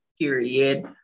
period